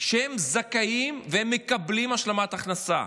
שהם זכאים והם מקבלים השלמת הכנסה,